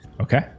Okay